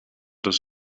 das